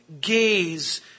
gaze